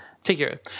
figure